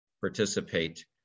participate